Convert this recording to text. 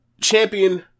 Champion